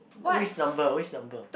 which number which number